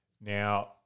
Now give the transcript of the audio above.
Now